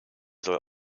soll